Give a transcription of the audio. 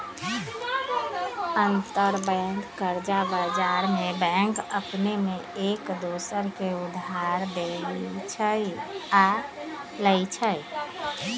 अंतरबैंक कर्जा बजार में बैंक अपने में एक दोसर के उधार देँइ छइ आऽ लेइ छइ